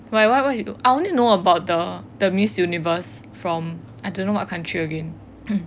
why what what she do I only know about the the miss universe from I don't know which country again